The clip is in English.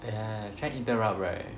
ya try interrupt right